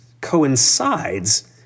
coincides